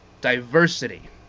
diversity